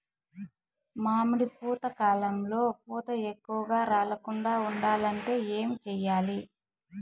మామిడి పూత కాలంలో పూత ఎక్కువగా రాలకుండా ఉండాలంటే ఏమి చెయ్యాలి?